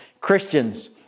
Christians